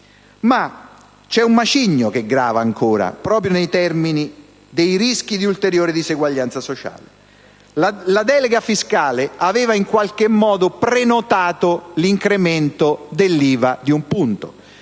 Ma c'è un macigno che grava ancora, proprio nei termini dei rischi di ulteriore disuguaglianza sociale. La delega fiscale aveva in qualche modo prenotato l'incremento dell'IVA di un punto.